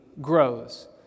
grows